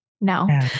no